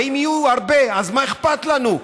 ואם יהיו הרבה, מה אכפת לנו?